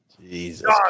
Jesus